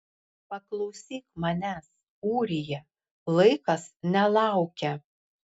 paklausyk manęs ūrija laikas nelaukia